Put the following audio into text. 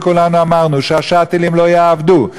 וכולנו אמרנו שה"שאטלים" לא יעבדו.